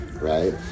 right